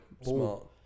smart